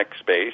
space